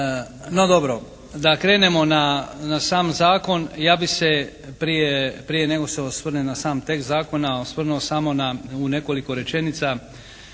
No, dobro. Da krenemo na sam zakon. Ja bi se prije nego se osvrnem na sam tekst zakona osvrnuo samo na nekoliko rečenica